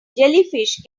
jellyfish